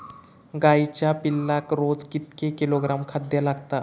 गाईच्या पिल्लाक रोज कितके किलोग्रॅम खाद्य लागता?